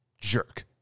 jerk